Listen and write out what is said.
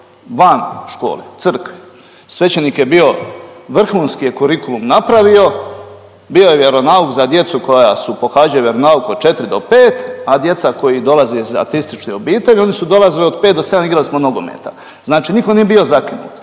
van škole u crkvi. Svećenik je bio vrhunski je kurikulum napravio, bio je vjeronauk za djecu koja su pohađala vjeronauk od 4 do 5, a djeca koja dolaze iz ateističnih obitelji oni su dolazili od 5 do 7 igrali smo nogometa. Znači niko nije bio zakinut.